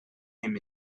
him